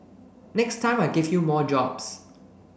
next time I give you more jobs